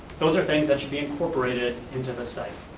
those are things that should be incorporated into the site.